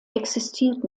existiert